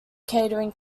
catering